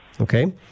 Okay